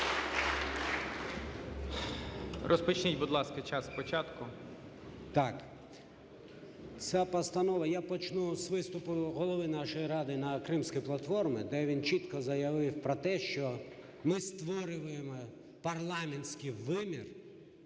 Розпочніть, будь ласка, час з початку. 16:29:20 ЧИЙГОЗ А.З. Так, ця постанова… Я почну з виступу Голови нашої Ради на Кримській платформі, де він чітко заявив про те, що ми створюємо парламентський вимір